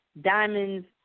diamonds